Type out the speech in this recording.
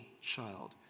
child